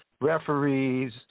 referees